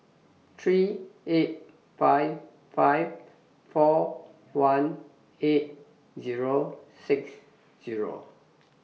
three eight five five four one eight Zero six Zero